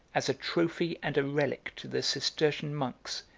as a trophy and a relic to the cistercian monks,